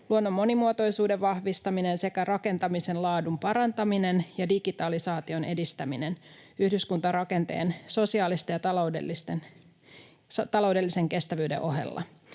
luonnon monimuotoisuuden vahvistaminen, rakentamisen laadun parantaminen ja digitalisaation edistäminen, yhdyskuntarakenteen sosiaalisen ja taloudellisen kestävyyden ohella.